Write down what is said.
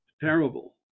parable